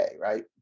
right